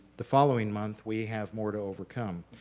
the following month we have more to overcome.